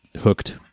hooked